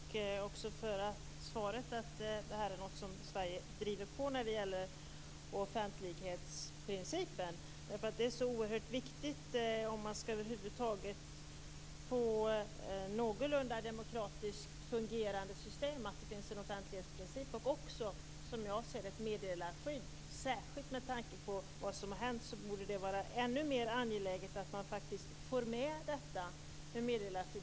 Fru talman! Jag tackar också för debatten, och också för svaret att Sverige driver på arbetet med offentlighetsprincipen. Det är så oerhört viktigt, om man över huvud taget skall få ett någorlunda demokratiskt fungerande system, att det finns en offentlighetsprincip och också, som jag ser det, ett meddelarskydd. Särskilt med tanke på vad som har hänt borde det vara ännu mer angeläget att man faktiskt får med detta med meddelarskydd.